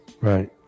Right